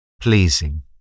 pleasing